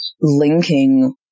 linking